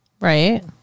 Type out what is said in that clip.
Right